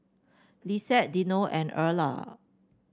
Lissette Dino and Erla